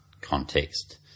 context